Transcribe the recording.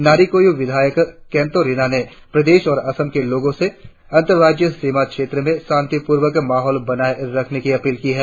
नारी कोयू विधायक केंटो रीना ने प्रदेश और असम के लोगो से अंतराज्यीय सीमा क्षेत्रो में शांतिपूर्वक माहोल बनाए रखने की अपील की है